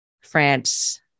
france